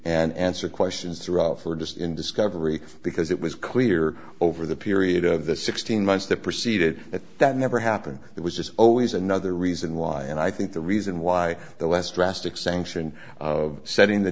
and answer questions throughout for just in discovery because it was clear over the period of the sixteen months that preceded that that never happened it was just always another reason why and i think the reason why the less drastic sanction of setting the